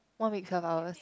one week twelve hours